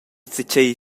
zatgei